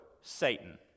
satan